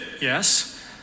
yes